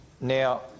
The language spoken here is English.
now